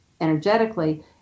energetically